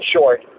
short